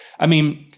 i mean,